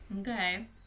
Okay